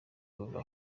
kuva